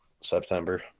September